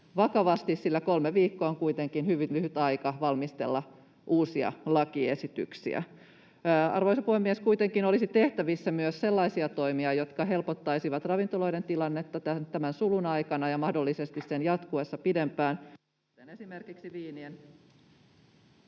vakavasti, sillä kolme viikkoa on kuitenkin hyvin lyhyt aika valmistella uusia lakiesityksiä. Arvoisa puhemies! Kuitenkin olisi tehtävissä myös sellaisia toimia, jotka helpottaisivat ravintoloiden tilannetta tämän sulun aikana ja mahdollisesti sen jatkuessa pidempään... [Puhujan mikrofoni